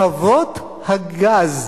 חוות הגז,